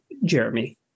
Jeremy